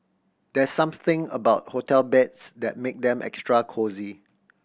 there's something about hotel beds that make them extra cosy